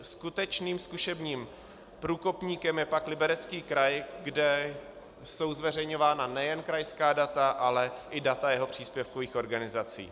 Skutečným zkušebním průkopníkem je pak Liberecký kraj, kde jsou zveřejňována nejen krajská data, ale i data jeho příspěvkových organizací.